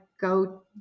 go